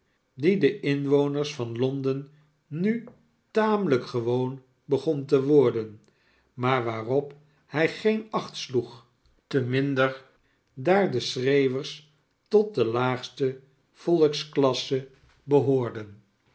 die den inwoners van londen nu tamelijk gewoon begon te worden maar waarop hij geen acht sloeg te minder daar de schreeuwers tot de laagste volksklasse behoorden